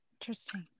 Interesting